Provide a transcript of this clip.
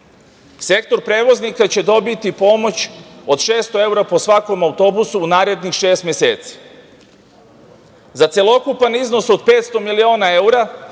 sobi. Sektor prevoznika će dobiti pomoć od 600 evra po svakom autobusu u narednih šest meseci.Za celokupan iznos od 500 miliona evra,